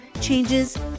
changes